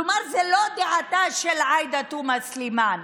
כלומר זו לא דעתה של עאידה תומא סלימאן